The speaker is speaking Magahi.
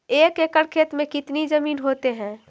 एक एकड़ खेत कितनी जमीन होते हैं?